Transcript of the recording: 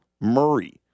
Murray